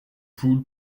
poules